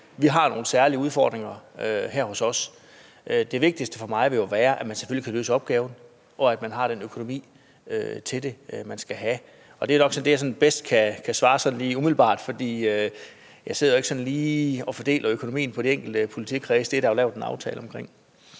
de har nogle særlige udfordringer i deres kreds. Det vigtigste for mig vil jo være, at man selvfølgelig kan løse opgaven, og at man har den økonomi til det, man skal have. Det er nok sådan, jeg bedst kan svare lige umiddelbart, for jeg sidder jo ikke lige og fordeler økonomien på de enkelte politikredse. Det er der jo lavet en aftale om.